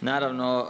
naravno,